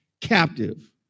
captive